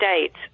States